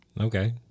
Okay